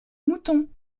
mouton